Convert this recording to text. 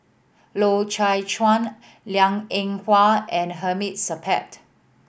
Loy Chye Chuan Liang Eng Hwa and Hamid Supaat